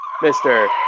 Mr